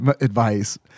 advice